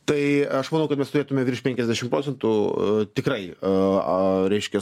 tai aš manau kad mes turėtume virš penkiasdešim procentų tikrai a reiškias